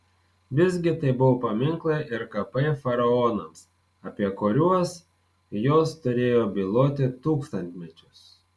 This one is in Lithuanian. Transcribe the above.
visgi tai buvo paminklai ir kapai faraonams apie kuriuos jos turėjo byloti tūkstantmečius